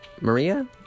Maria